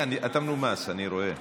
אתה מנומס, אני רואה.